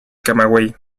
camagüey